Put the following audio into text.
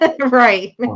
Right